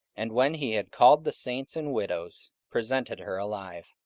and when he had called the saints and widows, presented her alive.